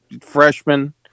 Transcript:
freshman